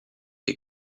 est